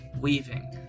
weaving